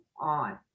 on